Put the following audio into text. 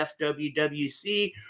FWWC